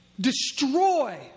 destroy